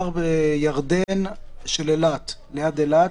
מעבר ירדן ליד אילת.